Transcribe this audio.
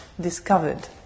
discovered